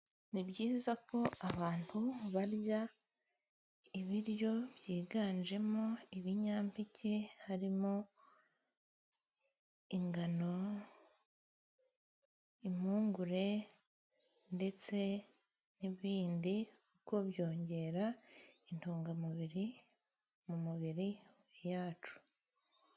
Ni byiza ko abantu barya ibiryo byiganjemo ibinyampeke, harimo ingano, impungure, ndetse n'ibindi, kuko byongera intungamubiri, mu mubiri wacu.